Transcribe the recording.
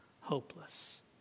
hopeless